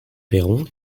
perron